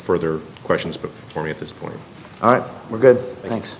further questions but for me at this point we're good thanks